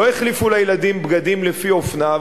לא החליפו לילדים בגדים לפי האופנה,